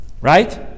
Right